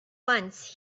once